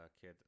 kid